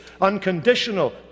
unconditional